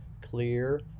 clear